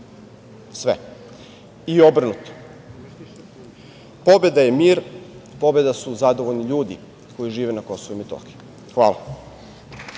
sve. I obrnuto. Pobeda je mir, pobeda su zadovoljni ljudi koji žive na Kosovu i Metohiji. Hvala.